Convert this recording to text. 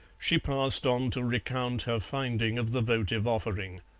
she passed on to recount her finding of the votive offering.